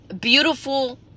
beautiful